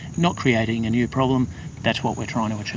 not creating a new problem that's what we're trying to achieve.